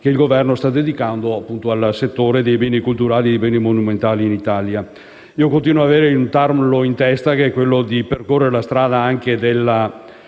che il Governo sta dedicando al settore dei beni culturali e monumentali in Italia. Io continuo ad avere un tarlo in testa, che è quello di percorrere la strada della